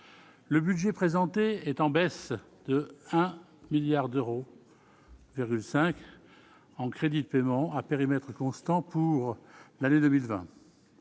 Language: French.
le budget présenté est en baisse de 1 milliard d'euros, 5 en crédits de paiement à périmètre constant pour l'année 2020,